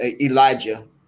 Elijah